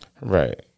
Right